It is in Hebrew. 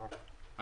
שרן השכל, בבקשה.